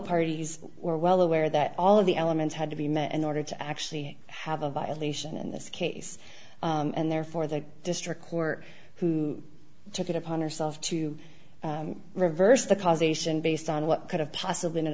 parties were well aware that all of the elements had to be met in order to actually have a violation in this case and therefore the district court who took it upon herself to reverse the causation based on what could have possibly an